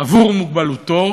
עבור מוגבלותו,